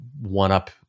one-up